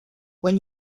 when